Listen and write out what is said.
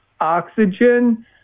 oxygen